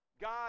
God